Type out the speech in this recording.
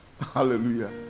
Hallelujah